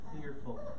fearful